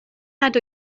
nad